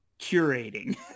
curating